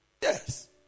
Yes